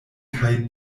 kaj